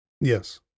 Yes